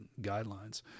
guidelines